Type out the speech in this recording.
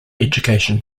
education